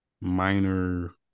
minor